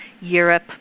Europe